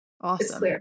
Awesome